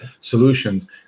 solutions